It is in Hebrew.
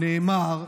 נאמר: